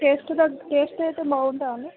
test buds taste అయితే బాగుంటుందా అండీ